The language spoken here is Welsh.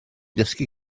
dysgu